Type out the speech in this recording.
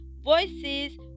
voices